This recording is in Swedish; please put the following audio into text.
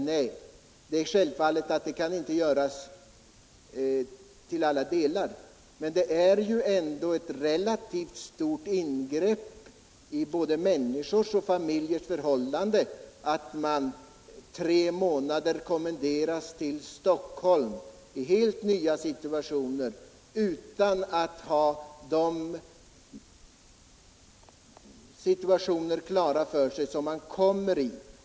Nej, det kan man självfallet inte göra till alla delar, men det är ändå ett relativt stort ingrepp i både enskilda människors och familjers förhållande att poliser för tre månader kommenderas till Stockholm utan att ha de situationer klara för sig som de hamnar i.